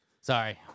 Sorry